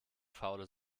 faule